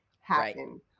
happen